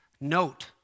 note